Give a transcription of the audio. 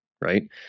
right